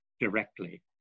directly